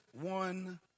one